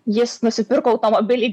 jis nusipirko automobilį